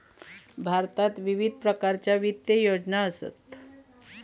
भारतात विविध प्रकारच्या वित्त योजना असत